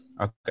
Okay